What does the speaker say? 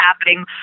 happening